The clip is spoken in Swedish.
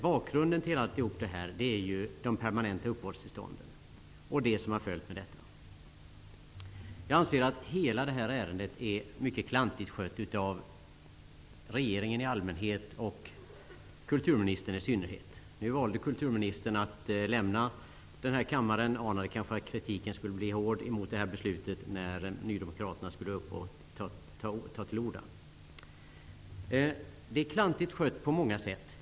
Bakgrunden till alltihop är de permanenta uppehållstillstånden och det som har följt med dem. Jag anser att hela det här ärendet är mycket klantigt skött av regeringen i allmänhet och kulturministern i synnerhet. Nu valde kulturministern att lämna kammaren. Hon kanske anade att kritiken mot det här beslutet skulle blir hård när nydemokraterna tog till orda. Ärendet är klantigt skött på många sätt.